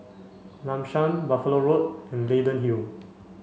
Lam San Buffalo Road and Leyden Hill